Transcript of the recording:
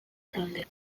taldea